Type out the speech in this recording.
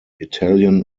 italian